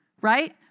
right